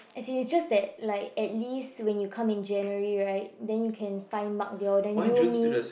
as in it's just that like at least when you come in January right then you can find Mark they all then you me